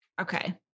okay